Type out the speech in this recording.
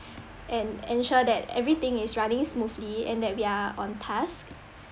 and ensure that everything is running smoothly and that we are on task